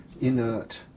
inert